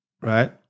right